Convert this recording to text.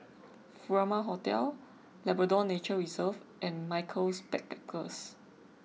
Furama Hotel Labrador Nature Reserve and Michaels Backpackers